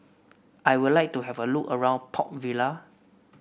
I would like to have a look around Port Vila